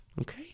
okay